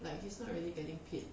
like he's not really getting paid